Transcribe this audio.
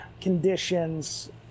conditions